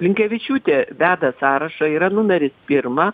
blinkevičiūtė veda sąrašą yra numeris pirma